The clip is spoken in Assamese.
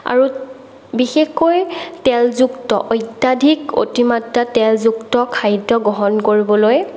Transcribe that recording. আৰু বিশেষকৈ তেলযুক্ত অত্যাধিক অতিমাত্ৰা তেলযুক্ত খাদ্য গ্ৰহণ কৰিবলৈ